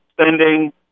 spending